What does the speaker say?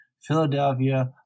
Philadelphia